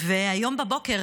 והיום בבוקר,